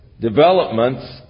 developments